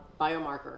biomarker